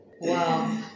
wow